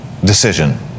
decision